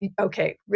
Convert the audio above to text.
okay